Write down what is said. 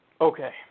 Okay